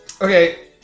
Okay